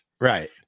Right